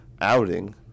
outing